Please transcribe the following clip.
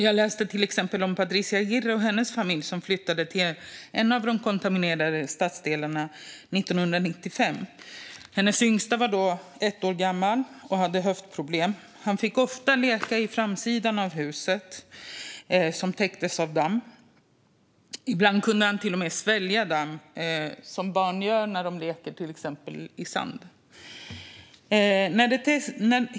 Jag läste till exempel om Patricia Aguirre och hennes familj, som flyttade till en av de kontaminerade stadsdelarna 1995. Hennes yngsta var då ett år gammal och hade höftproblem. Han fick ofta leka på framsidan av huset, som täcktes av damm. Ibland kunde han till och med svälja damm, så som barn gör när de leker till exempel i sand.